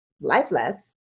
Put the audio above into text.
lifeless